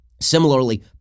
similarly